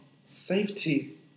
safety